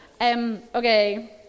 okay